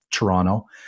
Toronto